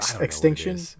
Extinction